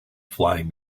flying